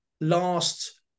last